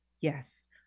yes